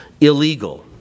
illegal